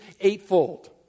eightfold